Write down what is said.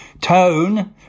Tone